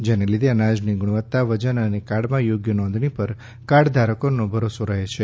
જેને લીધે અનાજની ગુણવત્તા વજન અને કાર્ડમાં યોગ્ય નોંધણી પર કાર્ડ ધારકોને ભરોસો રહે છે